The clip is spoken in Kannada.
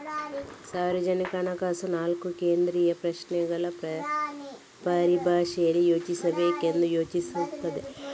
ಸಾರ್ವಜನಿಕ ಹಣಕಾಸು ನಾಲ್ಕು ಕೇಂದ್ರೀಯ ಪ್ರಶ್ನೆಗಳ ಪರಿಭಾಷೆಯಲ್ಲಿ ಯೋಚಿಸಬೇಕೆಂದು ಸೂಚಿಸುತ್ತದೆ